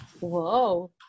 Whoa